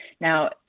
Now